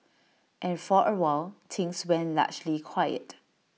and for awhile things went largely quiet